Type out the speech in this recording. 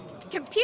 Computer